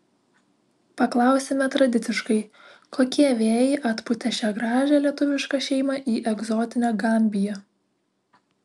paklausime tradiciškai kokie vėjai atpūtė šią gražią lietuvišką šeimą į egzotinę gambiją